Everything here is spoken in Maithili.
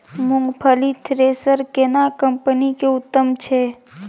मूंगफली थ्रेसर केना कम्पनी के उत्तम छै?